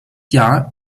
jahr